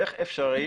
איך אפשרי